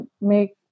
make